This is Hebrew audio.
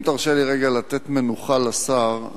אם תרשה לי רגע לתת מנוחה לשר,